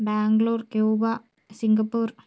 Bangalore Cuba Singapore